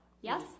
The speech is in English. Yes